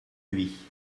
lui